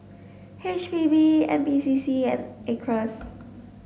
H P B N P C C and Acres